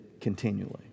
continually